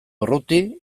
urruti